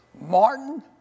Martin